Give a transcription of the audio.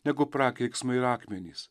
negu prakeiksmai ir akmenys